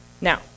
Now